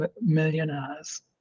millionaires